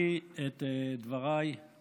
את דבריי אני